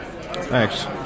thanks